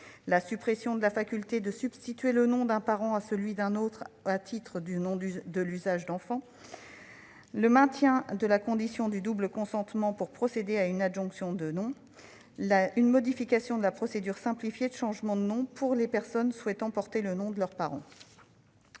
la suppression de la faculté de substituer le nom d'un parent à celui d'un autre à titre de nom d'usage de l'enfant, le maintien de la condition de double consentement pour procéder à une adjonction de nom, ainsi qu'une modification de la procédure simplifiée de changement de nom pour les personnes souhaitant porter le nom du parent